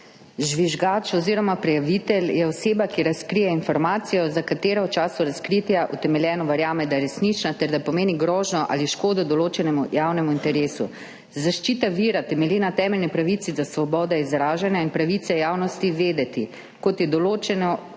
Žvižgač oziroma prijavitelj je oseba, ki razkrije informacijo, za katero v času razkritja utemeljeno verjame, da je resnična ter da pomeni grožnjo ali škodo določenemu javnemu interesu. Zaščita vira temelji na temeljni pravici do svobode izražanja in pravici javnosti vedeti, kot je določeno